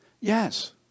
Yes